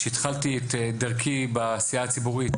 שהתחלתי את דרכי בעשייה הציבורית